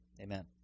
amen